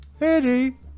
Eddie